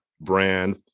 brand